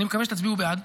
אני מקווה שתצביעו בעד.